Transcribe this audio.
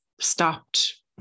stopped